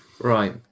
Right